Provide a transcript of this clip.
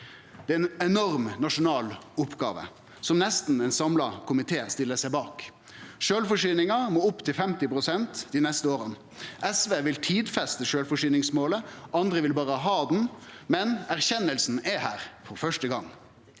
Det er ei enorm nasjonal oppgåve, som nesten ein samla komité stiller seg bak. Sjølvforsyninga må opp til 50 pst. dei neste åra. SV vil tidfeste sjølvforsyningsmålet, andre vil berre ha det, men erkjenninga er her for første gong.